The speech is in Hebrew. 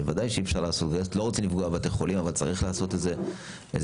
ודאי שלא רוצים לפגוע בבתי החולים אבל צריך לעשות איזה משהו.